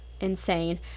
insane